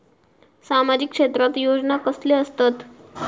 सामाजिक क्षेत्रात योजना कसले असतत?